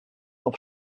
auf